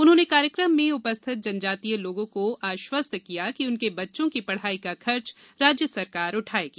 उन्होंने कार्यक्रम में उपस्थित जनजातीय लोगों आश्वस्त किया की उनके बच्चों की पढ़ाई का खर्च राज्य सरकार उठायेगी